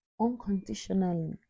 unconditionally